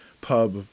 pub